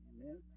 Amen